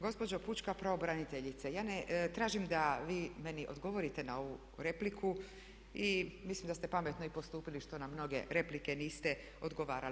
Gospođo pučka pravobraniteljice ja ne tražim da vi meni odgovorite na ovu repliku i mislim da ste pametno i postupili što na mnoge replike niste odgovarali.